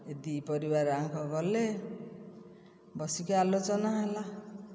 ଦୁଇ ପରିବାର ଯାକ ଗଲେ ବସିକି ଆଲୋଚନା ହେଲା